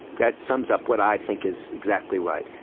that sums up what i think is exactly right.